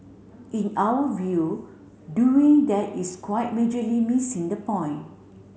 in our view doing that is quite majorly missing the point